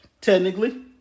technically